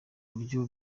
buryo